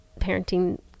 parenting